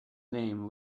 name